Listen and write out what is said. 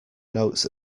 notes